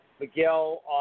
Miguel